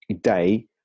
day